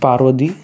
Parvathi